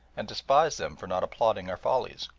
and despise them for not applauding our follies.